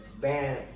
bam